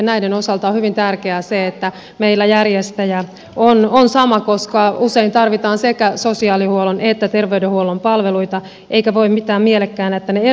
näiden osalta on hyvin tärkeää se että meillä järjestäjä on sama koska usein tarvitaan sekä sosiaali että terveydenhuollon palveluita eikä voi pitää mielekkäänä että ne erotettaisiin